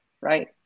right